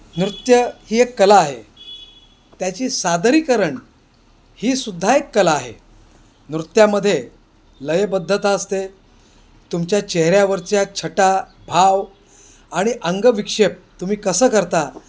नृत्य ही एक कला आहे त्याची सादरीकरण ही सुद्धा एक कला आहे नृत्यामध्ये लयबद्धता असते तुमच्या चेहऱ्यावरच्या छटा भाव आणि अंगविक्षेप तुम्ही कसं करता